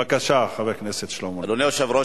בבקשה, חבר הכנסת שלמה מולה.